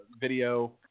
video